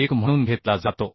4 म्हणून घेतला जातो